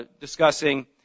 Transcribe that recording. discussing